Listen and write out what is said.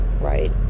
right